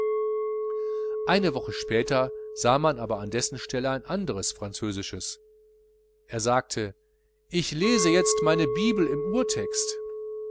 eine woche später sah man aber an dessen stelle ein anderes französisches er sagte ich lese jetzt meine bibel im urtext